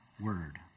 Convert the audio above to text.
Word